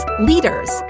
Leaders